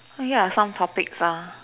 here are some topics ah